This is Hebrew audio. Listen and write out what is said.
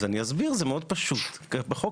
עדיין לפי ההצעה יש לנו סמכות לאשר.